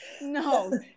no